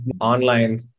online